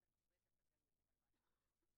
ובטח ובטח אתם יודעים על מה אני מדברת.